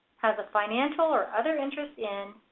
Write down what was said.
has a financial or other interest in,